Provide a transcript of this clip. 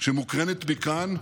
שמוקרנת מכאן,